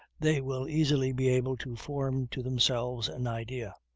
they will easily be able to form to themselves an idea.